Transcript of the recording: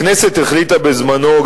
הכנסת החליטה בזמנה,